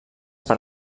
per